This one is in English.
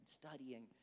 studying